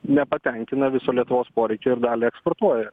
nepatenkina viso lietuvos poreikio ir dalį eksportuoja